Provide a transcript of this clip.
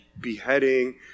beheading